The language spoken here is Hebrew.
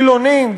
חילונים,